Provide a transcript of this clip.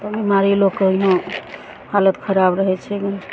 तऽ बिमारी लोकके इहाँ हालत खराब रहै छै अभी